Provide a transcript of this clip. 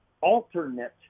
alternate